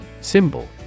Symbol